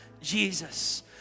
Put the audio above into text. Jesus